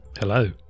Hello